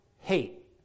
hate